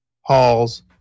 Halls